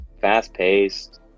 fast-paced